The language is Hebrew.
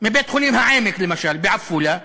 מבית-החולים "העמק" בעפולה,